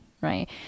right